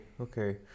okay